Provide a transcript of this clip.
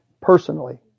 personally